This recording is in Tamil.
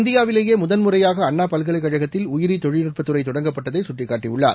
இந்தியாவிலேயே முதல்முறையாக அண்ணா பல்கலைக் கழகத்தில் உயிரி தொழில்நுட்ப துறை தொடங்கப்பட்டதை சுட்டிக்காட்டியுள்ளார்